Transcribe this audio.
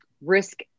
risk